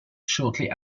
shortly